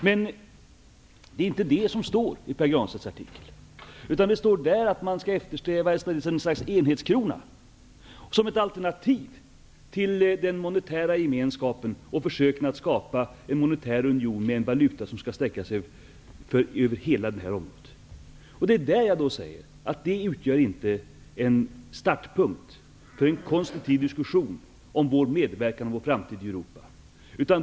Men det är inte det som står i Pär Granstedts artikel, utan det står där att man skall eftersträva ett slags enhetskrona som ett alternativ till den monetära gemenskapen och försöken att skapa en monetär union med en valuta som skall sträcka sig över hela EG-området. Det är då jag säger att detta inte utgör en startpunkt för en konstruktiv diskussion om vår medverkan och vår framtid i Europa.